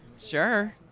Sure